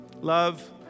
Love